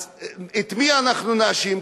אז את מי אנחנו נאשים?